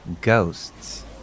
ghosts